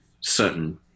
certain